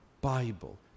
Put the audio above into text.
Bible